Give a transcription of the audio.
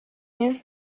you